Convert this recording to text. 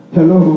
Hello